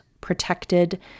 protected